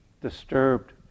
disturbed